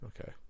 Okay